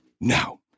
Now